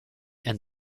and